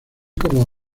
como